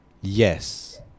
Yes